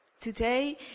today